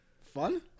Fun